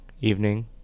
evening